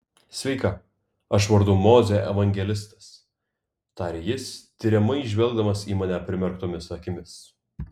sveika aš vardu mozė evangelistas tarė jis tiriamai žvelgdamas į mane primerktomis akimis